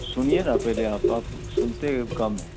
सुनिए ना पहले आप आप सुनते कम हैं